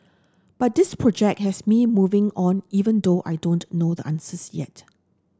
but this project has me moving on even though I don't know the answers yet